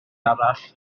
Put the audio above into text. arall